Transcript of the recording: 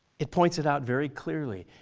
it points it out very clearly.